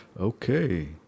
Okay